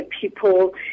people